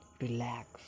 relax